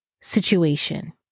situation